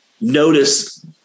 notice